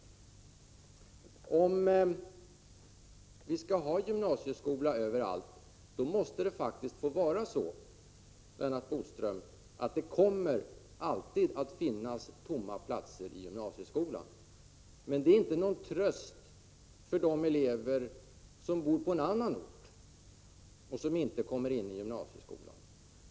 Om vi skall ha gymnasieskola överallt måste det faktiskt få vara så, Lennart Bodström, att det alltid kan komma att finnas tomma platser i gymnasieskolan. Men detta är inte någon tröst för de elever som bor på annan ort och inte kommer in i gymnasieskolan.